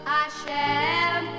Hashem